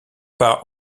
pas